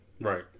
right